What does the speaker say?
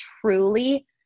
truly